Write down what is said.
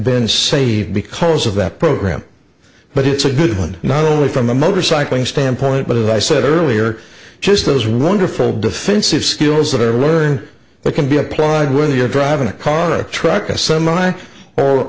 been saved because of that program but it's a good one not only from a motorcycling standpoint but as i said earlier just those wonderful defensive skills that are learning that can be applied when you're driving a car or truck a semi